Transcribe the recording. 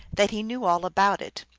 that he knew all about it.